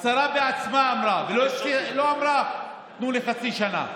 השרה בעצמה אמרה היא לא אמרה: תנו לי חצי שנה.